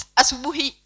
asubuhi